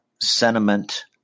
sentiment